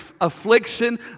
affliction